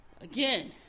again